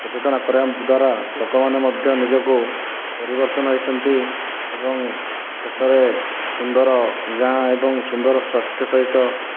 ସଚେତନ କରିବା ଦ୍ୱାରା ଲୋକମାନେ ମଧ୍ୟ ନିଜକୁ ପରିବର୍ତ୍ତନ ହୋଇଛନ୍ତି ଏବଂ ଶେଷରେ ସୁନ୍ଦର ଗାଁ ଏବଂ ସୁନ୍ଦର ସ୍ୱାସ୍ଥ୍ୟ ସହିତ